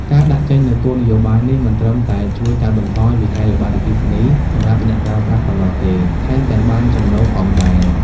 ការដាក់ចេញនូវគោលនយោបាយនេះ មិនត្រឹមតែជួយកាត់បន្ថយវិក្កយបត្រអគ្គិសនីសម្រាប់អ្នកប្រើប្រាស់ប៉ុណ្ណោះទេ ថែមទាំងបានចំណូលផងដែរ។